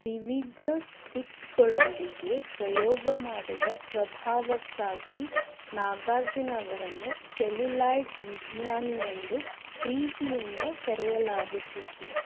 ವಿವಿಧ ಸ್ಕ್ರಿಪ್ಟ್ಗಳೊಂದಿಗೆ ಪ್ರಯೋಗ ಮಾಡುವ ಸ್ವಭಾವಕ್ಕಾಗಿ ನಾಗಾರ್ಜುನ ಅವರನ್ನು ಸೆಲ್ಯುಲಾಯ್ಡ್ ವಿಜ್ಞಾನಿ ಎಂದು ಪ್ರೀತಿಯಿಂದ ಕರೆಯಲಾಗುತ್ತಿತ್ತು